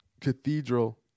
cathedral